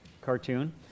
cartoon